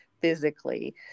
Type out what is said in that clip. physically